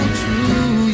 true